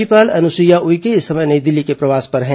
राज्यपाल अनुसुईया उइके इस समय नई दिल्ली के प्रवास पर हैं